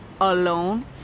alone